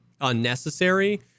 unnecessary